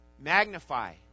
Magnify